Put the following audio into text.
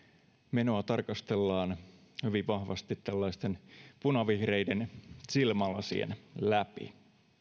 menoa tarkastellaan hyvin vahvasti tällaisten punavihreiden silmälasien läpi